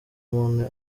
umuntu